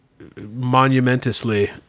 monumentously